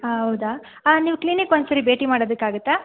ಹಾಂ ಹೌದಾ ನೀವು ಕ್ಲಿನಿಕ್ ಒಂದು ಸಾರಿ ಭೇಟಿ ಮಾಡೋದಕ್ಕಾಗುತ್ತಾ